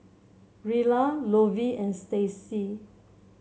Rella Lovie and Stacy